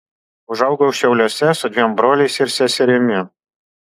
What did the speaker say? užaugau šiauliuose su dviem broliais ir seserimi